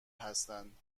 هستند